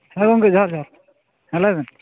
ᱦᱮᱸ ᱜᱚᱢᱠᱮ ᱡᱚᱦᱟᱨ ᱡᱚᱦᱟᱨ ᱦᱮᱸ ᱞᱟᱹᱭ ᱵᱮᱱ